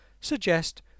suggest